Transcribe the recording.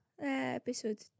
episode